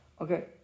Okay